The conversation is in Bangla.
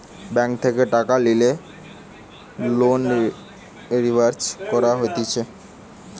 ব্যাঙ্ক থেকে টাকা লিয়ে লোন লিভারেজ করা হতিছে